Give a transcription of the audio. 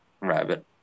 rabbit